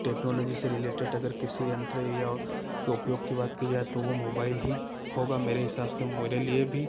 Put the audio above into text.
technology से related अगर किसी यंत्र या के उपयोग की बात की जाए तो वो मोबाइल ही होगा मेरे हिसाब से मेरे लिए भी